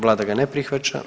Vlada ga ne prihvaća.